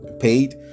paid